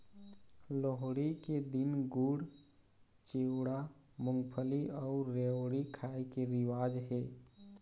लोहड़ी के दिन गुड़, चिवड़ा, मूंगफली अउ रेवड़ी खाए के रिवाज हे